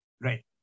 Right